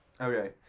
Okay